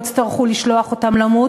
שלא יצטרכו לשלוח אותם למות,